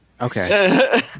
Okay